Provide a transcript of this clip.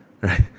right